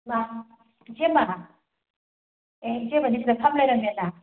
ꯍꯩꯃꯥ ꯏꯆꯦꯃꯥ ꯑꯦ ꯏꯆꯦꯃꯗꯤ ꯁꯤꯗ ꯐꯝ ꯂꯩꯔꯝꯃꯦꯅ